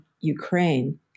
Ukraine